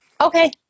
okay